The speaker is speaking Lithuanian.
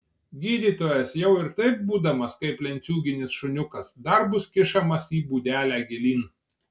gydytojas jau ir taip būdamas kaip lenciūginis šuniukas dar bus kišamas į būdelę gilyn